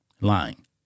lying